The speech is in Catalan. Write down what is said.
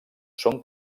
són